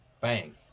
bang